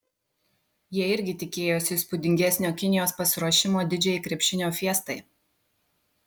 jie irgi tikėjosi įspūdingesnio kinijos pasiruošimo didžiajai krepšinio fiestai